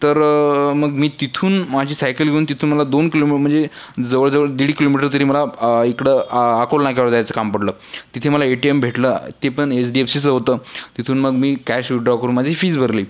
तर मग मी तिथून माझी सायकल घेऊन तिथून मला दोन किलोम म्हणजे जवळजवळ दीड किलोमीटर तरी मला इकडं अकोला नाक्यावर जायचं काम पडलं तिथे मला ए टी एम भेटला ते पण एच डी एफ सीचं होतं तिथून मग मी कॅश विड्रॉ करून माझी फीज भरली